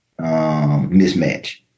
mismatch